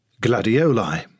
Gladioli